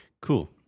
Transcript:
Cool